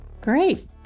great